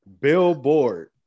Billboard